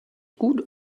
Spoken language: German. gut